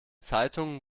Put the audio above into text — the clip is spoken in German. zeitungen